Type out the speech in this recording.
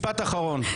משפט אחרון.